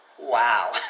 wow